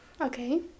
Okay